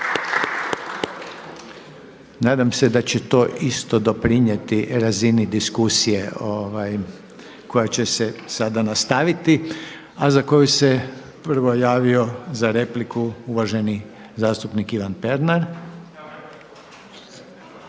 Nadam se da će to isto doprinijeti razini diskusije koja će se sada nastaviti a za koju se prvo javio za repliku uvaženi zastupnik Ivan Pernar.